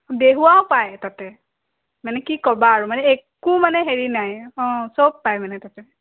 বেহুৱাও পাই তাতে মানে কি ক'বা আৰু মানে একো মানে হেৰি নাই অঁ চব পাই মানে তাতে